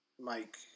Mike